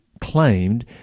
claimed